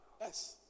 Yes